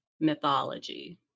mythology